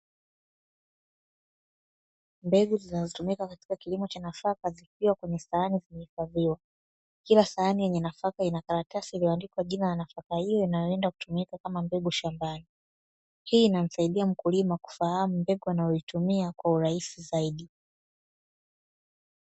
Mbegu zinazotumika katika kilimo cha nafaka zikiwa kwenye sahani zimehifadhiwa, kila sahani yenye nafaka ina karatasi iliyoandikwa jina la nafaka hiyo inayoenda kutumika kama mbegu shambani, hii inamsaidia mkulima kufahamu mbegu anayoitumia kwa urahisi zaidi.